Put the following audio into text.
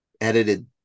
edited